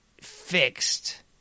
fixed